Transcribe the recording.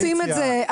כקואליציה.